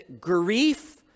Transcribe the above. Grief